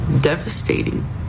devastating